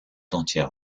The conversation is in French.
entière